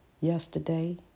yesterday